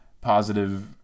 positive